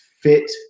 fit